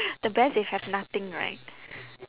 the best is have nothing right